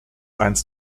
eines